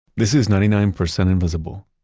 this is ninety nine percent invisible,